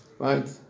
Right